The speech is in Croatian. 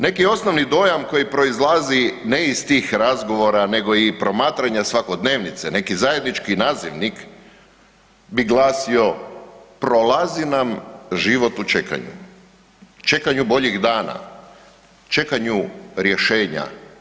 Neki osnovni dojam koji proizlazi ne iz tih razgovora nego i promatranja svakodnevnice, neki zajednički nazivnik bi glasio „prolazi nam život u čekanju, čekanju boljih dana, čekanju rješenja“